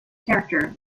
character